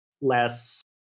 less